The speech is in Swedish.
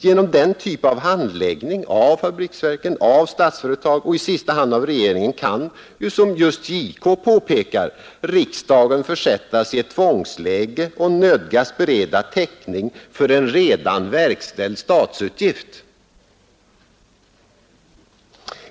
Genom den typ av handläggning som förekommit inom förenade fabriksverken, inom Statsföretag och i sista hand inom regeringen kan, som JK påpekar, ”riksdagen försättas i ett tvångsläge och nödgas bereda täckning för en redan verkställd statsutgift”.